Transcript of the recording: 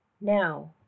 now